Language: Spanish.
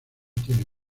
tienen